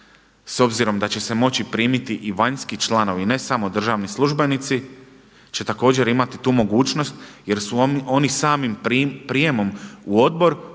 s obzirom da će se moći primiti i vanjski članovi, ne samo državni službenici će također imati tu mogućnost jer su oni samim prijemom u odbor postali